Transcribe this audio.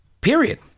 Period